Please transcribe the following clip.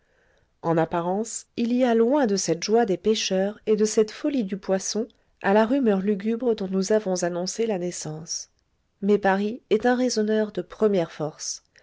en apparence il y a loin de cette joie des pêcheurs et de cette folie du poisson à la rumeur lugubre dont nous avons annoncé la naissance mais paris est un raisonneur de première force